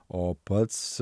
o pats